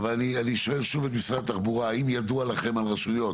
שוב את משרד התחבורה, האם ידוע לכם על רשויות